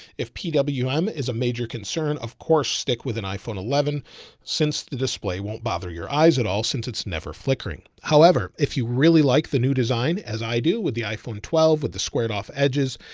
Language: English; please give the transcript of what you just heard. if pwm and but um is a major concern, of course, stick with an iphone eleven since the display won't bother your eyes at all since it's never flickering. however, if you really like the new design as i do with the iphone twelve, with the squared off edges,